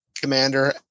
commander